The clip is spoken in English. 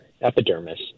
epidermis